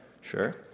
sure